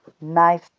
Nice